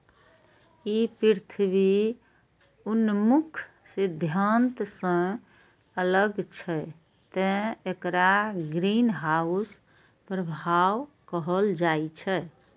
ई पृथ्वी उन्मुख सिद्धांत सं अलग छै, तें एकरा ग्रीनहाउस प्रभाव कहल जाइ छै